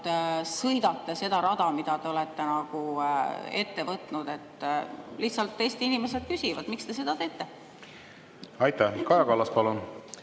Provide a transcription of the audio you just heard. sõidate seda rada, mille te olete ette võtnud. Lihtsalt Eesti inimesed küsivad: miks te seda teete? Aitäh, hea eesistuja!